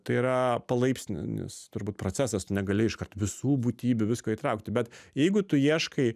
tai yra palaipsninis turbūt procesas tu negali iškart visų būtybių visko įtraukti bet jeigu tu ieškai